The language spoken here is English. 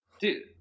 Dude